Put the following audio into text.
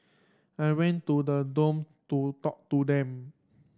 I went to the dorm to talk to them